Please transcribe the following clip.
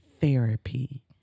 therapy